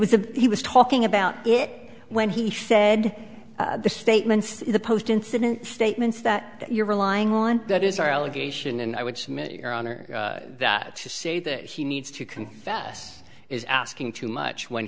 a he was talking about it when he said the statements in the post incident statements that you're relying on that is our allegation and i would submit that to say that he needs to confess is asking too much when